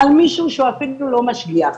על מישהו שהוא אפילו לא משגיח.